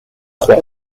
trois